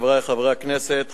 חברי חברי הכנסת,